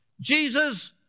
Jesus